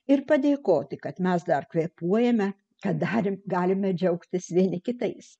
ir padėkoti kad mes dar kvėpuojame kad dar galime džiaugtis vieni kitais